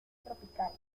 tropical